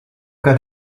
got